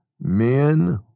men